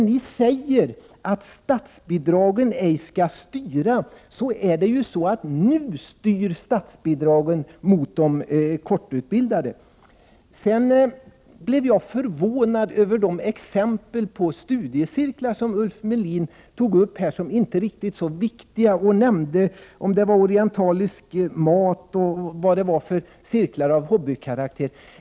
Ni säger att statsbidragen ej skall styra, men nu styrs statsbidragen mot de kortutbildade. Jag blir litet förvånad över de exempel på studiecirklar som Ulf Melin tar upp som inte riktigt så viktiga. Han nämnde orientalisk matlagning och andra cirklar av hobbykaraktär.